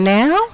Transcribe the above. now